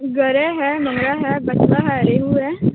گرے ہے منگا ہے پتواہ ہے ریہو ہے